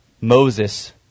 Moses